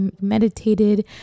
meditated